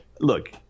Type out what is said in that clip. look